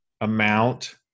amount